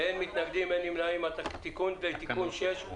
הצבעה בעד פה אחד אושר.